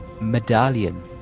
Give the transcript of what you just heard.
medallion